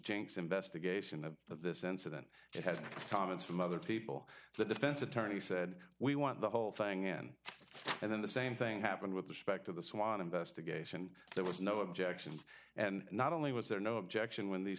jenks investigation of this incident had comments from other people the defense attorney said we want the whole thing in and then the same thing happened with the specter of the swan investigation there was no objections and not only was there no objection when these